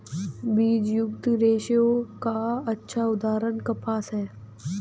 बीजयुक्त रेशे का अच्छा उदाहरण कपास है